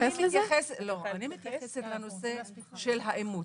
אני מתייחסת לנושא האימוץ.